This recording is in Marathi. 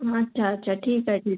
अच्छा अच्छा ठीक आहे ठीक आहे